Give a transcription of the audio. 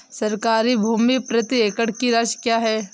सरकारी भूमि प्रति एकड़ की राशि क्या है?